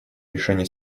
решений